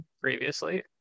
previously